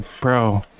Bro